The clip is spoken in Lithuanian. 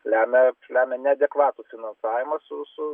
lemia lemia neadekvatų finansavimą su su